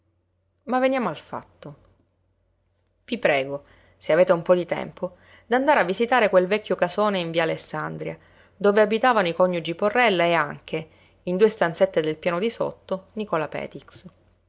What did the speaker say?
ma veniamo al fatto i prego se avete un po di tempo d'andar a visitare quel vecchio casone in via alessandria dove abitavano i coniugi porrella e anche in due stanzette del piano di sotto nicola petix